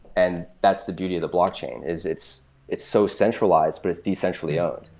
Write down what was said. and that's the beauty of the blockchain, is it's it's so centralized, but it's decentrallly owned.